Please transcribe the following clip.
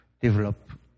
develop